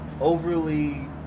overly